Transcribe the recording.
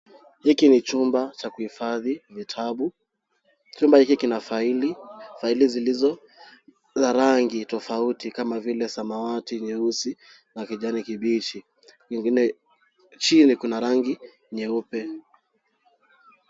Hiki ni chumba cha kuhifadhi vitabu, chumba hiki kina faili, faili zilizo na rangi tofauti kama vile samawati, nyeusi na kijani kibichi. Nyingine chini kuna rangi nyeupe.